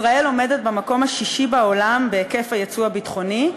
ישראל עומדת במקום השישי בעולם בהיקף היצוא הביטחוני,